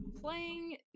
playing